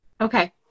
Okay